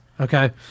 okay